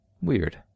Weird